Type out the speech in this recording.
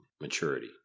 maturity